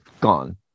gone